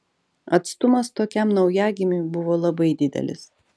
atstumas tokiam naujagimiui buvo labai didelis